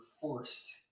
forced